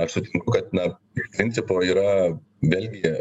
aš sutinku kad na ir principo yra belgija